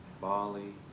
Bali